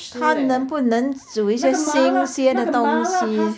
他能不能煮一些新鲜的东西